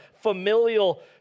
familial